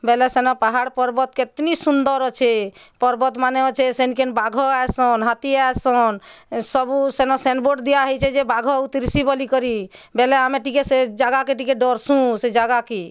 ବେଲେ ସିନା ପାହାଡ଼ ପର୍ବତ କେତ୍ନି ସୁନ୍ଦର୍ ଅଛେ ପର୍ବତମାନେ ଅଛେ ସେନ୍ କେନ୍ ବାଘ ଆସନ୍ ହାତୀ ଆସନ୍ ସବୁ ସେନ ସେନ୍ ବୋର୍ଡ଼ ଦିଆ ହେଇଛି ଯେ ବାଘ ଉତୁରୁଛି ବୋଲି କରି ବେଲେ ଆମେ ଟିକେ ସେ ଜାଗାକେ ଟିକେ ଡରସୁଁ ସେ ଜାଗା କି